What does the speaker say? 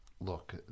look